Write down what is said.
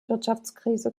wirtschaftskrise